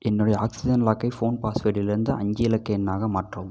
என்னுடைய ஆக்ஸிஜன் லாக்கை ஃபோன் பாஸ்வேடிலிருந்து அஞ்சு இலக்கு எண்ணாக மாற்றவும்